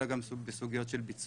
אלא גם בסוגיות של ביצוע.